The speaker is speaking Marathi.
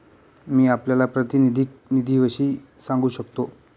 मी आपल्याला प्रातिनिधिक निधीविषयी सांगू शकतो